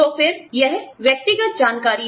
तो फिर यह व्यक्तिगत जानकारी है